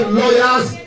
lawyers